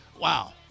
Wow